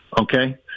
Okay